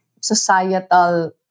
societal